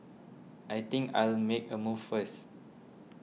I think I'll make a move first